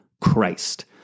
Christ